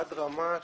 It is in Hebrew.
עד רמה,